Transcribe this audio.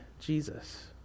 Jesus